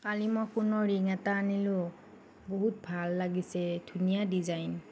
কালি মই সোণৰ ৰিং এটা আনিলোঁ বহুত ভাল লাগিছে ধুনীয়া ডিজাইন